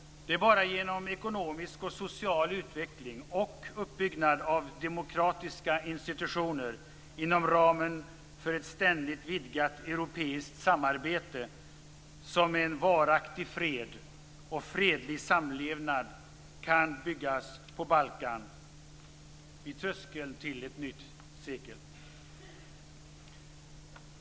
Det är bara genom ekonomisk och social utveckling och uppbyggnad av demokratiska institutioner inom ramen för ett ständigt vidgat europeiskt samarbete som en varaktig fred och fredlig samlevnad kan byggas på Balkan vid tröskeln till ett nytt sekel.